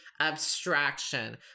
abstraction